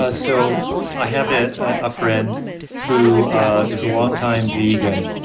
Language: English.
ah so i have a friend who ah is a long time vegan,